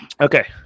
okay